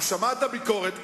הוא שמע את הביקורת,